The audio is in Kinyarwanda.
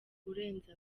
urenze